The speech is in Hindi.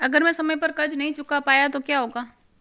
अगर मैं समय पर कर्ज़ नहीं चुका पाया तो क्या होगा?